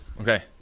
Okay